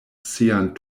sian